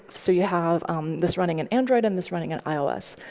so you have um this running in android and this running in ios.